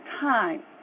time